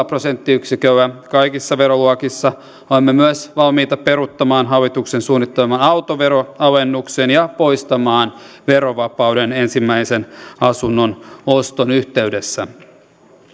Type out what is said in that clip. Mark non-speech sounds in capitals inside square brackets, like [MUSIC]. [UNINTELLIGIBLE] prosenttiyksiköllä kaikissa veroluokissa olemme myös valmiita peruuttamaan hallituksen suunnitteleman autoveroalennuksen ja poistamaan verovapauden ensimmäisen asunnon oston yhteydessä